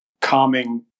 calming